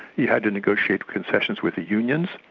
he had to negotiate concessions with the unions,